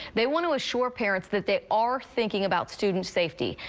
they want to assure parents that they are thinking about student safety.